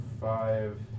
five